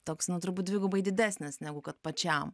toks nu turbūt dvigubai didesnis negu kad pačiam